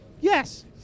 Yes